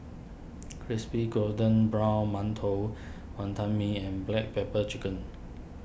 Crispy Golden Brown Mantou Wonton Mee and Black Pepper Chicken